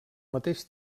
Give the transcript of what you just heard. mateix